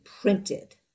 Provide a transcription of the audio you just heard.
printed